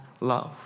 love